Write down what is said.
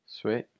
Sweet